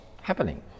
happening